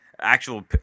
Actual